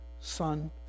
son